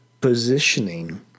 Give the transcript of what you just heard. positioning